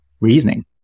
reasoning